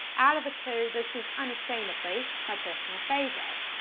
out of the two, this is unashamedly, my personal favorite.